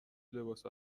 لباس